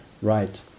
right